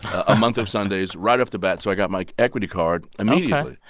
a month of sundays, right off the bat. so i got my equity card immediately